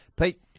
Pete